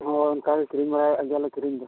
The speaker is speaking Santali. ᱦᱳᱭ ᱚᱱᱠᱟᱜᱮ ᱠᱤᱨᱤᱧ ᱵᱟᱲᱟᱭᱮᱫ ᱜᱮᱭᱟ ᱞᱮ ᱠᱤᱨᱤᱧ ᱫᱚ